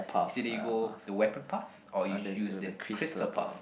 it's either you go the weapon path or you use the crystal path